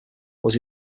was